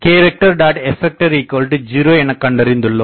f 0 எனக்கண்டறிந்துள்ளோம்